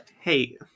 Hey